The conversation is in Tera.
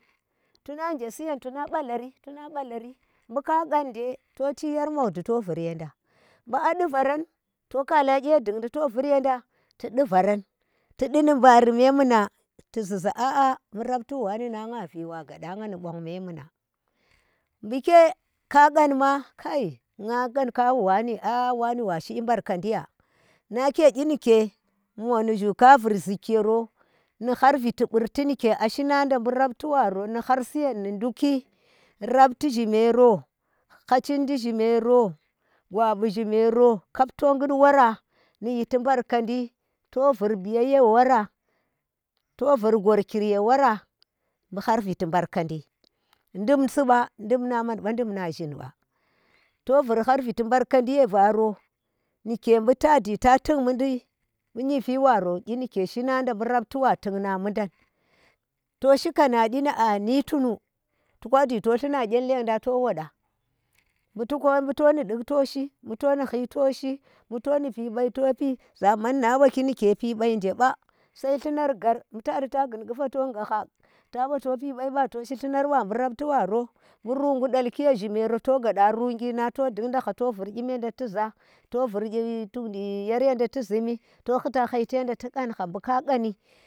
Tuna nje suyen tuna ɓalari tuna ɓalari mbu ka ƙan je to chi yer mukdi to vur yenda, bu a di varan to kala gye dun di to vur, yeda to du varan to ɗi ndi mbari, me muna tu zuza aa bu rap ti ɓu wane nan nga vee wa gadanga ndi mbar mbemuna. mbu ke kaƙan ma kai nga ƙan kaɓu wane a a wane washi kyi ɓarkandi ya, nake ƙyi ndike mo nu zhu ka vur zee ki yaro ndi khar viti ɓurti ndike ashi nanda mbu rabti ɓaro, nu har suyen ndi ndu ki, rapti zhimero khachindi zhimero gwa ɓu zhimero kab- to gut wara ni yiti ɓarkandi to vur biyayya ye wora to vurr ghor kir ye wora mbu har viti mbarkanɗi. Dim si ba, ndum na man ba, ndum na zhin ba. To vur hhar viti mbarkadi ye varo nuke mbu ta gyi ta tuk mundi bu nyifi ɓaro ƙyi nuke shinanda bu rapti ɓa tuk na mundan, to shi kana kyi ndi a nyi tunu to kwaji to tluno nyi lendan to wada. Bu to ni nduk toshi, mbu to ndi hyi to shi. mbu to ndi pyi ɓyi to pyi zaman na ɓaki ndike pyi ɓyi nje ɓa sai hlumar ghar, mbu ta ɗi ta gun ƙufa to nga gha. ta ɓa to pi byi ɓa to shi hlunar ba ɓu rapti ɓaro mbu rungu dalki ye zyi mero to guda ruungi nang to dung dha hha to vur kyim yenda tu za to vur yyer yeda tu zhummi, to hhuta hhaiti yenda ti ƙangha mbu ka ƙani.